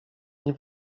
nie